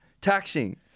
taxing